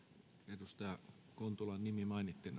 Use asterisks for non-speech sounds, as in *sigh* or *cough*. edustaja kontulan nimi mainittiin *unintelligible*